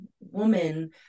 woman